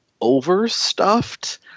overstuffed